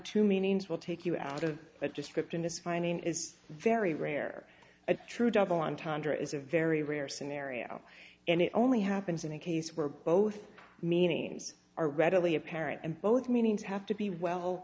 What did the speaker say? two meanings will take you out of the description this finding is very rare a true double entendre is a very rare scenario and it only happens in a case where both meanings are readily apparent and both meanings have to be well